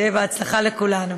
שיהיה בהצלחה לכולנו.